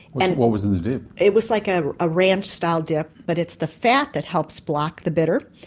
and what was in the dip? it was like a ah ranch style dip but it's the fat that helps block the bitter,